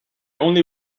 only